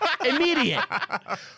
Immediate